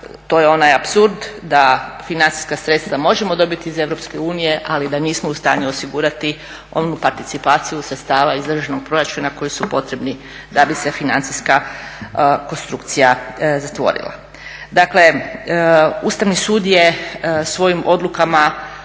to je onaj apsurd, da financijska sredstva možemo dobiti iz Europske unije, ali da nismo u stanju osigurati onu participaciju sredstava iz državnog proračuna koji su potrebni da bi se financijska konstrukcija zatvorila. Dakle, Ustavni sud je svojim odlukama